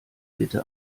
bitte